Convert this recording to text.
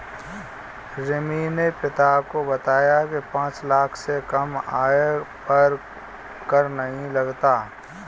रिमी ने पिता को बताया की पांच लाख से कम आय पर कर नहीं लगता